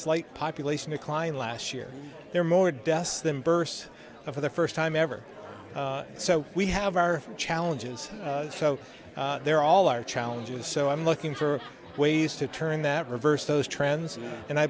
slight population decline last year there are more deaths than bursts for the first time ever so we have our challenges so there are all our challenges so i'm looking for ways to turn that reverse those trends and i